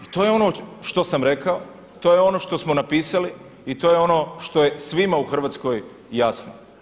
I to je ono što sam rekao, i to je ono što smo napisali, i to je ono što je svima u Hrvatskoj jasno.